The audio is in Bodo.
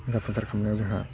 जाफुंसार खालामनायाव जोंहा